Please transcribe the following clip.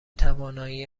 توانایی